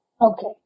Okay